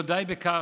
אם לא די בכך,